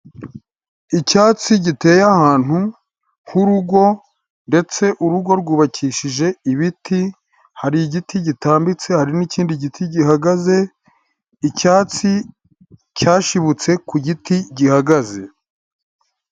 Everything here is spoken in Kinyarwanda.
Icyatsi giteye ahantu h'urugo ndetse urugo rwubakishije ibiti, hari igiti gitambitse hari n' ikindi giti gihagaze, icyatsi cyashibutse ku giti gihagaze.